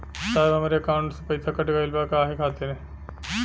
साहब हमरे एकाउंट से पैसाकट गईल बा काहे खातिर?